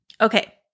Okay